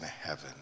heaven